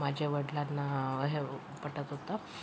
माझ्या वडीलांना पटत होतं